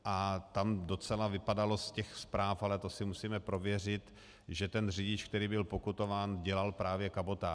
A tam docela vypadalo z těch zpráv, ale to si musíme prověřit, že ten řidič, který byl pokutován, dělal právě kabotáž.